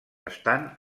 estan